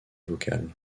vocales